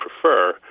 prefer